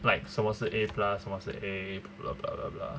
like 什么是 A plus 什么是 A blah blah blah blah